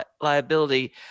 liability